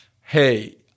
hey